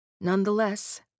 Nonetheless